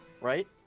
right